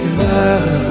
love